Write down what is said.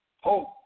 Hope